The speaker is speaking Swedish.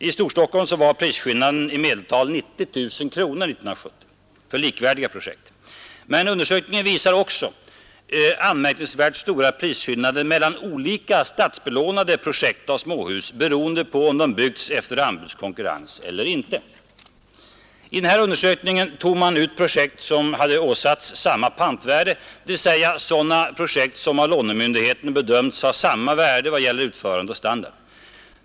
I Storstockholm var prisskillnaden i medeltal 90 000 kronor 1970 för likvärdiga projekt. Men undersökningen visar också på anmärkningsvärt stora prisskillnader mellan olika statsbelånade småhusprojekt beroende på om de byggts efter anbudskonkurrens eller inte. I den här undersökningen tog man ut projekt som hade åsatts samma pantvärde, dvs. sådana projekt som av lånemyndigheterna bedömts ha samma värde i vad gäller utförande och standard.